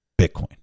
Bitcoin